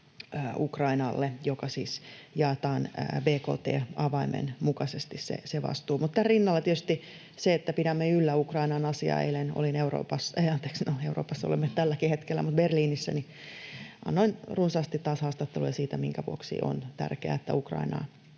Ukrainalle, jonka vastuu jaetaan bkt-avaimen mukaisesti. Mutta tämän rinnalla tietysti pidämme yllä Ukrainan asiaa. Eilen olin Euroopassa — no, Euroopassa olemme tälläkin hetkellä — Berliinissä, ja annoin runsaasti taas haastatteluja siitä, minkä vuoksi on tärkeää, että Ukrainaa